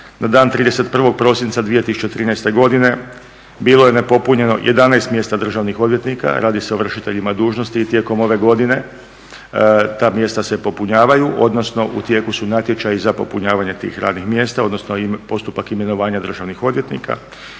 na dan 31. prosinca 2013. godine bilo je nepopunjeno 11 mjesta državnih odvjetnika. Radi se o vršiteljima dužnosti i tijekom ove godine ta mjesta se popunjavaju, odnosno u tijeku su natječaji za popunjavanje tih radnih mjesta, odnosno postupak imenovanja državnih odvjetnika